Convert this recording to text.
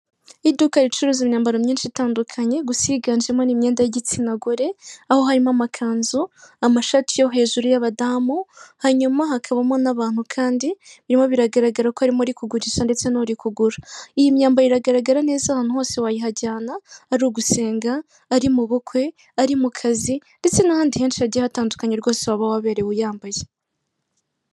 Iduka ricuruza imyambaro myinshi itandukanye gusa yiganjemo ni imyenda y'igitsina gore, aho harimo amakanzu, amashati yo hejuru y'abadamu, hanyuma hakabamo n'abantu kandi, birimo biragaragara ko harimo uri kugurisha ndetse n'uri kugura. Iyi myambaro iragaragara neza ahantu hose wayihajyana ari ugusenga, ari mu bukwe, ari mu kazi ndetse n'ahandi henshi hagiye hatandukanye rwose waba waberewe uyambaye.